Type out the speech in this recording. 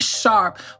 sharp